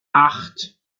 acht